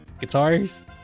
guitars